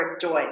joy